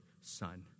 son